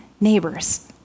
neighbors